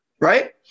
right